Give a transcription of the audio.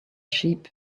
sheep